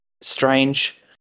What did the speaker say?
Strange